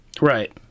Right